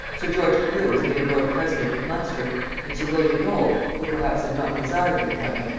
sir george carew was made lord president of munster and sir william knolles, who perhaps had not desired the appointment,